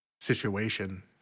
situation